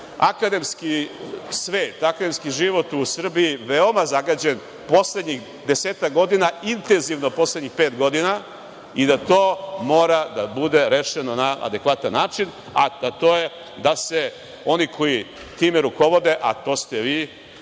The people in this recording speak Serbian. akademski svet, akademski život u Srbiji veoma zagađen poslednjih desetak godina, intenzivno poslednjih pet godina i da to mora da bude rešeno na adekvatan način, a to je da oni koji time rukovode, a to ste vi,